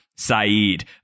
Saeed